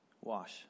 Wash